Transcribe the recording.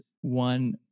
one